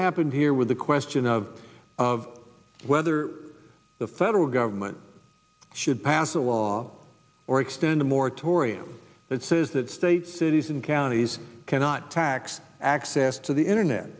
happened here with the question of of whether the federal government should pass a law or extend a moratorium that says that states cities and counties cannot tax access to the internet